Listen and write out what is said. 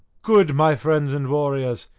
good, my friends and warriors,